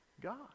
God